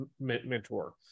mentor